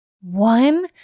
One